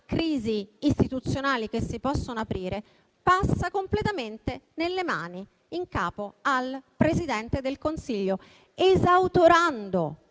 crisi istituzionali che si possono aprire, passa completamente in capo al Presidente del Consiglio, esautorando